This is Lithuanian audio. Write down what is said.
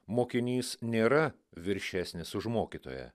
mokinys nėra viršesnis už mokytoją